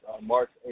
march